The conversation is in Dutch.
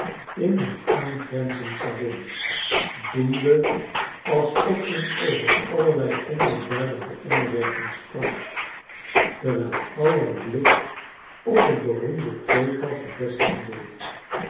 in het aangrenzend salon doende alsof men over allerlei onbeduidende onderwerpen sprak terwijl aller blik op het beroemde tweetal gevestigd bleef